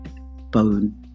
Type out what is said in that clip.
bone